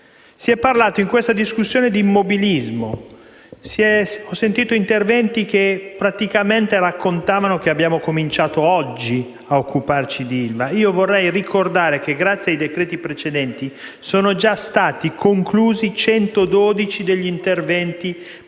si è parlato di immobilismo. Ho sentito interventi che praticamente raccontavano che abbiamo cominciato oggi a occuparci di ILVA. Voglio ricordare che, grazie ai decreti-legge precedenti, sono già stati conclusi 112 degli interventi previsti